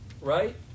right